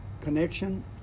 connection